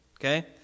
okay